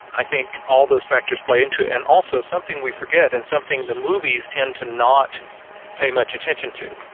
i think, all those factors play into it and also something we forget and something the movies tend to not pay much attention to.